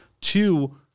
Two